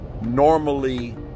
normally